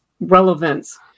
relevance